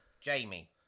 Jamie